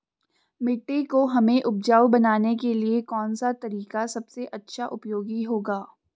मिट्टी को हमें उपजाऊ बनाने के लिए कौन सा तरीका सबसे अच्छा उपयोगी होगा?